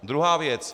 Druhá věc.